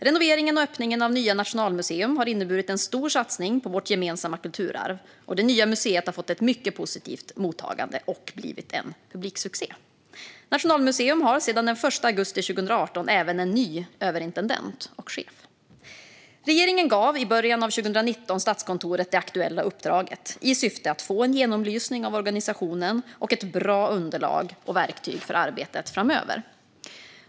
Renoveringen och öppningen av nya Nationalmuseum har inneburit en stor satsning på vårt gemensamma kulturarv, och det nya museet har fått ett mycket positivt mottagande och blivit en publiksuccé. Nationalmuseum har sedan den 1 augusti 2018 även en ny överintendent och chef. Regeringen gav i början av 2019 Statskontoret det aktuella uppdraget i syfte att få en genomlysning av organisationen och ett bra underlag och verktyg för arbetet framöver.